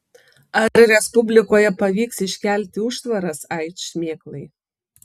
ar respublikoje pavyks iškelti užtvaras aids šmėklai